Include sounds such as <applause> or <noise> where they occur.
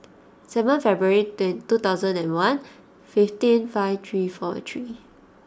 seven February <hesitation> two thousand and one fifteen five three four three